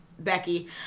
Becky